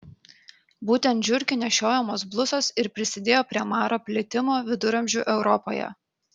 būtent žiurkių nešiojamos blusos ir prisidėjo prie maro plitimo viduramžių europoje